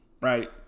right